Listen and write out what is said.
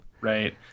Right